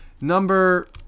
Number